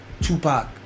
Tupac